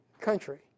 country